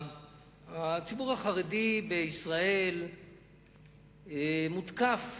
הציבור החרדי בישראל מותקף